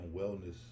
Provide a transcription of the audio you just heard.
wellness